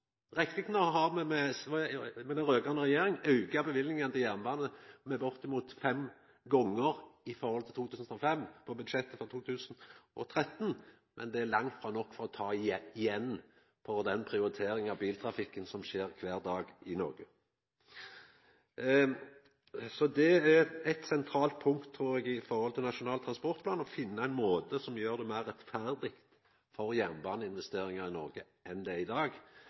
nok har me i den raud-grøne regjeringa auka løyvingane til jernbanen på budsjettet for 2013 med bortimot fem gonger i forhold til 2005, men det er langt frå nok for å ta igjen for den prioriteringa av biltrafikken som skjer kvar dag i Noreg. Det er eit sentralt punkt – trur eg – når det gjeld Nasjonal transportplan, å finna ein måte som gjer det meir rettferdig for jernbaneinvesteringar i Noreg enn det er i dag,